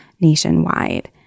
nationwide